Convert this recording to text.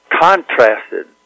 contrasted